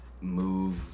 move